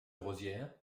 rosières